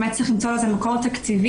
באמת צריך למצוא לזה מקור תקציבי.